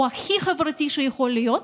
הוא הכי חברתי שיכול להיות,